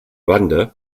banda